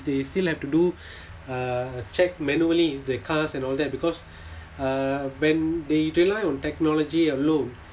they still have to do uh check manually in the cars and all that because uh when they rely on technology alone